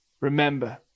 remember